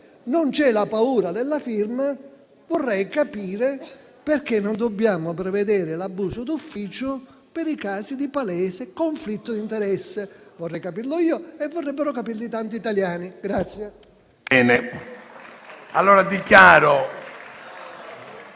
non c'è la paura della firma. Vorrei capire perché non dobbiamo prevedere l'abuso d'ufficio per i casi di palese conflitto di interesse. Vorrei capirlo io e vorrebbero capirlo tanti italiani.